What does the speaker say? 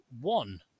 one